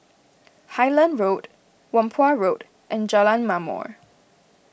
Highland Road Whampoa Road and Jalan Ma'mor